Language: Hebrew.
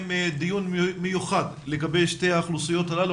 דיון מיוחד לגבי שתי האוכלוסיות הללו,